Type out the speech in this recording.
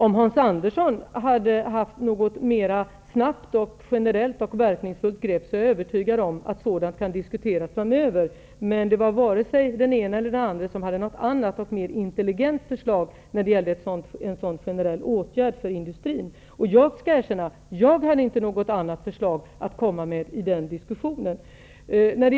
Om Hans Andersson har förslag på ett mera snabbt, generellt och verksamt grepp, är jag övertygad om att något sådant kan diskuteras framöver. Men varken den ena eller den andra hade något annat eller mer intelligent förslag när det gäller en sådan generell åtgärd för industrin. Jag erkänner att jag inte hade något annat förslag att komma med i den diskussionen.